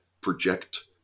project